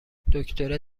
دکتره